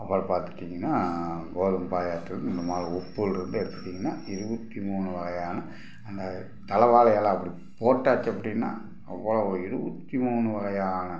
அப்புறம் பார்த்துட்டீங்கன்னா கோதுமை பாயாசதிலேருந்து இந்த மாதிரி உப்புலிருந்து எடுத்துகிட்டீங்கன்னா இருபத்தி மூணு வகையான அந்த தலை வாழை இல அப்படி போட்டாச்சு அப்படின்னா அவ்ளோவு இருவத்தி மூணு வகையான